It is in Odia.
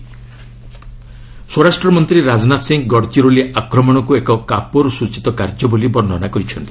ରାଜନାଥ ଆଟାକ୍ ସ୍ୱରାଷ୍ଟ୍ର ମନ୍ତ୍ରୀ ରାଜନାଥ ସିଂହ ଗଡ଼ଚିରୋଲି ଆକ୍ରମଣକୁ ଏକ କାପୁରୁଷୋଚିତ କାର୍ଯ୍ୟ ବୋଲି ବର୍ଷନା କରିଛନ୍ତି